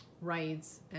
rights